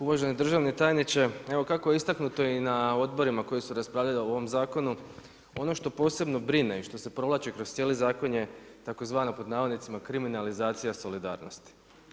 Uvaženi državni tajniče, evo kako je istaknuto i na odborima koji su raspravljali o ovom zakonu, ono što posebno brine i što se provlači kroz cijeli zakon je tzv. „kriminalizacija solidarnosti“